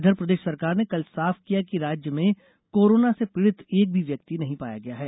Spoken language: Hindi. इधर प्रदेश सरकार ने कल साफ किया कि राज्य में कोरोना से पीड़ित एक भी व्यक्ति नहीं पाया गया है